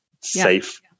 safe